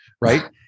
Right